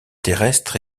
terrestre